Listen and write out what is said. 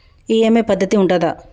EMI పద్ధతి ఉంటదా?